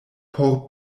por